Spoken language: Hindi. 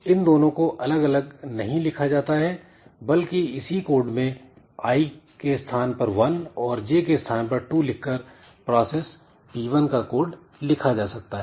इन दोनों को अलग अलग नहीं लिखा जाता है बल्कि इस कोड में i के स्थान पर 1 और j के स्थान पर 2 लिखकर प्रोसेस P1 का कोड लिखा जा सकता है